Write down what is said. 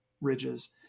ridges